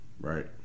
Right